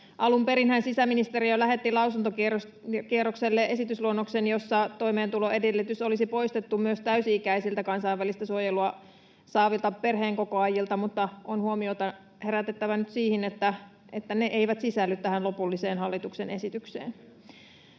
Alun perinhän sisäministeriö lähetti lausuntokierrokselle esitysluonnoksen, jossa toimeentuloedellytys olisi poistettu myös täysi-ikäisiltä kansainvälistä suojelua saavilta perheenkokoajilta, mutta on huomiota herätettävä nyt siihen, että ne eivät sisälly tähän lopulliseen hallituksen esitykseen.